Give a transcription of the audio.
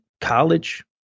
college